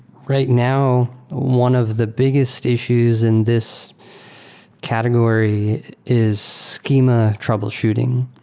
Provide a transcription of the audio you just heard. right now, one of the biggest issues in this category is schema troubleshooting.